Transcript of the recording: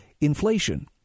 inflation